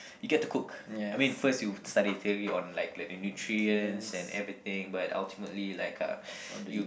you get to cook I mean first you study theory on like learning nutrients and everything but ultimately like uh you